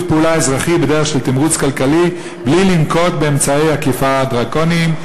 פעולה אזרחי בדרך של תמרוץ כלכלי בלי לנקוט אמצעי אכיפה דרקוניים.